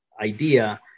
idea